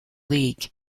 league